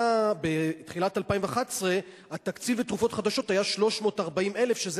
בתחילת 2011 התקציב לתרופות חדשות היה 340,000 שקל,